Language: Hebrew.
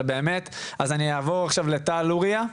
אני אעבור עכשיו לטל לוריא,